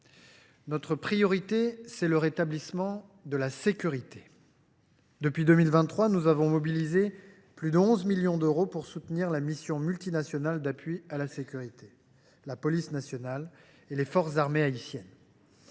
Notre priorité, c’est le rétablissement de la sécurité. Depuis 2023, nous avons mobilisé plus de 11 millions d’euros pour soutenir la mission multinationale d’appui à la sécurité, la police nationale et les forces armées haïtiennes.